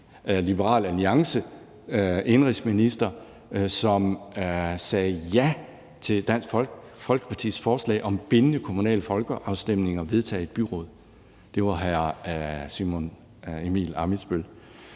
Liberal Alliance, som sagde ja til Dansk Folkepartis forslag om bindende kommunale folkeafstemninger vedtaget i et byråd. Det var hr. Simon Emil Ammitzbøll-Bille.